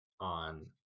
on